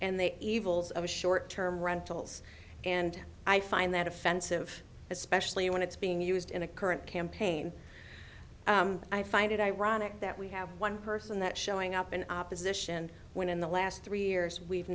and the evils of short term rentals and i find that offensive especially when it's being used in a current campaign i find it ironic that we have one person that showing up in opposition when in the last three years we've